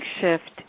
shift